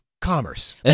Commerce